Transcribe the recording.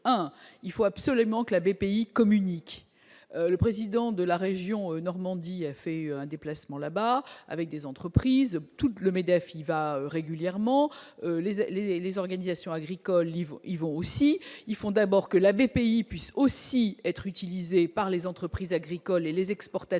un, il faut absolument que la BPI communique le président de la région Normandie a fait un déplacement là-bas avec des entreprises toutes le MEDEF il y va régulièrement les ailes et les organisations agricoles aussi, il faut d'abord que la BPI puisse aussi être utilisé par les entreprises agricoles et les exportateurs